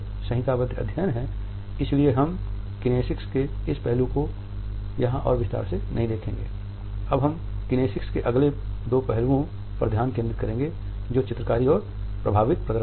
तो ये प्रतीक हैं और क्योंकि यह किनेसिक्स के अर्थों में निश्चित चिन्हों का एक संहिताबद्ध अध्ययन है इसलिए हम किनेसिक्स के इस पहलू को यहाँ और विस्तार से नहींअब हम किनेसिक्स के अगले दो पहलुओं पर ध्यान केंद्रित करेंगे जो चित्रकारी और प्रभावित प्रदर्शन हैं